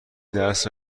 درس